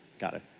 got it.